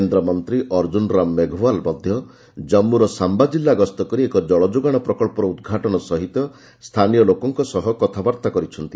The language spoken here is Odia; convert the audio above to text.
କେନ୍ଦ୍ରମନ୍ତ୍ରୀ ଅର୍ଜ୍ରନ ରାମ ମେଘଓ୍ୱାଲ୍ ମଧ୍ୟ ଜନ୍ମୁର ଶାମ୍ଭା ଜିଲ୍ଲା ଗସ୍ତ କରି ଏକ ଜଳଯୋଗାଣ ପ୍ରକଳ୍ପର ଉଦ୍ଘାଟନ ସହିତ ସ୍ଥାନୀୟ ଲୋକଙ୍କ ସହ କଥାବାର୍ତ୍ତା କରିଛନ୍ତି